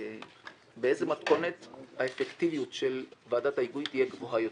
באיזו מתכונת האפקטיביות של ועדת ההיגוי תהיה גבוהה יותר.